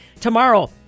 Tomorrow